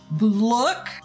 look